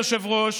אדוני היושב-ראש,